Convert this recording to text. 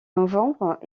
novembre